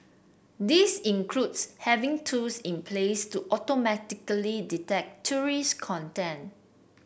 this includes having tools in place to automatically detect terrorist content